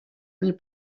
nie